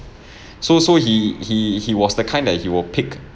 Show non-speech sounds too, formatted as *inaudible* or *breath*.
*breath* so so he he he was the kind that he will pick